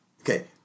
Okay